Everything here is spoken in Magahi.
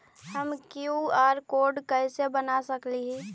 हम कियु.आर कोड कैसे बना सकली ही?